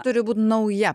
turi būt nauja